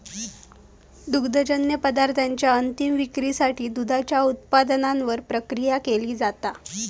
दुग्धजन्य पदार्थांच्या अंतीम विक्रीसाठी दुधाच्या उत्पादनावर प्रक्रिया केली जाता